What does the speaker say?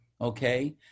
Okay